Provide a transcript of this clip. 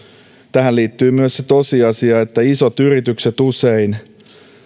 tähän liittyy myös se tosiasia että isot yritykset usein